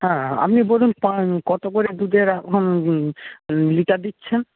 হ্যাঁ আপনি বলুন কত করে দুধের এখন লিটার দিচ্ছেন